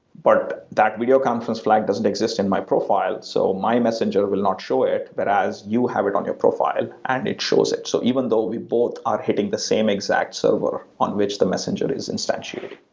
but that video conference flag doesn't exist in my profile so my messenger will not show it, but whereas you have it on your profile and it shows it. so even though we both are hitting the same exact server on which the messenger is instantiated.